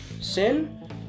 Sin